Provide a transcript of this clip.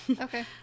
Okay